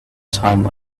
time